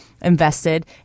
invested